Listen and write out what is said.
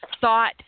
thought